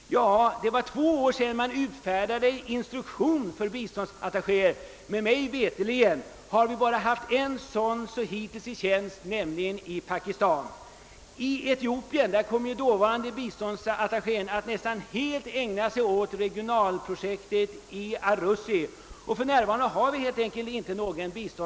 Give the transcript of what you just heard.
Det är nu två år sedan man utfärdade en instruktion för biståndsattachéer, men mig veterligt har vi hittills bara haft en sådan i tjänst, nämligen i Pakistan. I Etiopien kom den dåvarande biståndsattachén att nästan helt ägna sig åt regionalprojektet i Arussi. För närvarande har vi inte heller någon biståndsattaché i Etiopien.